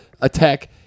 attack